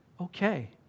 okay